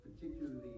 particularly